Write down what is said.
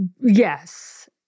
yes